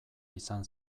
izan